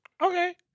okay